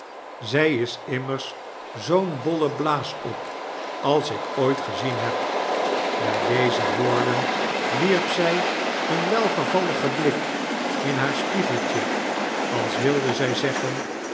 zij is immers zoo'n bolle blaasop als ik ooit gezien heb bij deze woorden wierp zij een welgevalligen blik in haar spiegeltje als wilde zij zeggen